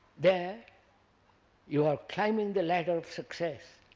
there you are climbing the ladder of success,